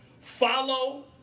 follow